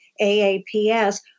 AAPS